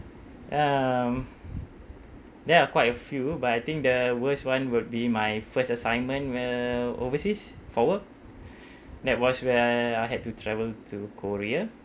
um there are quite a few but I think the worst [one] would be my first assignment uh overseas for work that was where I had to travel to korea